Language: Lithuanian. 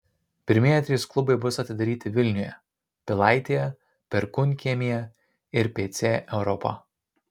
pirmieji trys klubai bus atidaryti vilniuje pilaitėje perkūnkiemyje ir pc europa